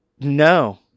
No